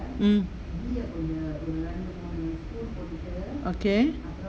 mm okay